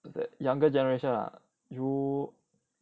the younger generation lah you